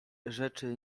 rzeczy